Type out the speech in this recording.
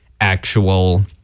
actual